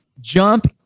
jump